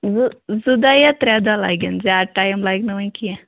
زٕ زٕ دۄہ یا ترٛےٚ دۄہ لَگیٚن زیادٕ ٹایم لَگہ نہٕ وۄنۍ کیٚنٛہہ